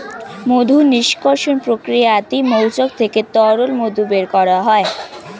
মধু নিষ্কাশণ প্রক্রিয়াতে মৌচাক থেকে তরল মধু বের করা হয়